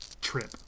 trip